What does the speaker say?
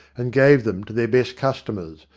and gave them to their best customers,